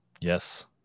yes